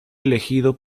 elegido